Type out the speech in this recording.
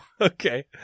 okay